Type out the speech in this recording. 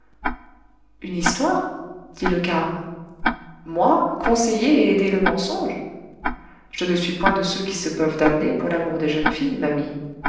une histoire dit le carme moi conseiller et aider le mensonge je ne suis point de ceux qui se peuvent damner pour l'amour des jeunes filles ma mie